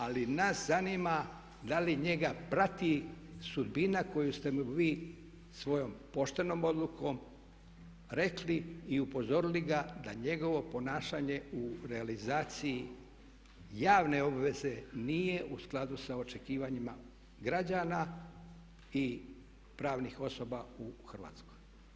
Ali nas zanima da li njega prati sudbina koju ste mu vi svojom poštenom odlukom rekli i upozorili ga da njegovo ponašanje u realizaciji javne obveze nije u skladu sa očekivanjima građana i pravnih osoba u Hrvatskoj.